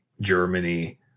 Germany